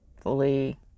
fully